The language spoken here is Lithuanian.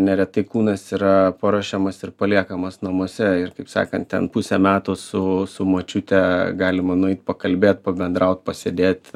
neretai kūnas yra paruošiamas ir paliekamas namuose ir kaip sakant ten pusę metų su su močiute galima nueit pakalbėti pabendraut pasėdėt